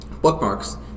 Bookmarks